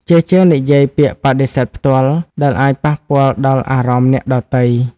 ជាជាងនិយាយពាក្យបដិសេធន៍ផ្ទាល់ ដែលអាចប៉ះពាល់ដល់អារម្មណ៍អ្នកដទៃ។